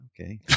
Okay